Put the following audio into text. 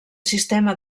sistema